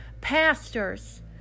pastors